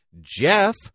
Jeff